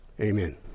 Amen